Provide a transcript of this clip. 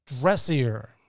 Dressier